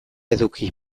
eduki